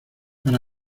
para